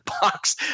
box